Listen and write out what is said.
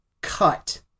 cut